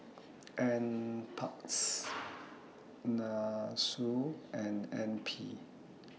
N Parks Nussu and N P